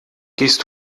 gehst